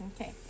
Okay